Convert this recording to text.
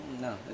no